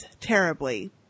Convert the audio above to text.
terribly